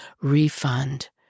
refund